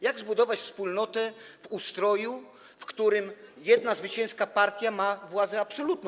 Jak zbudować wspólnotę w ustroju, w którym jedna zwycięska partia ma władzę absolutną?